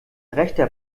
rechter